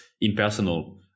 impersonal